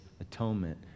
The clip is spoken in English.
atonement